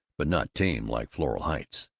but not tame, like floral heights.